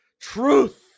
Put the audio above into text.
truth